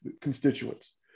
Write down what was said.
constituents